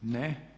Ne.